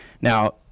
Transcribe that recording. Now